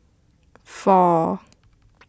four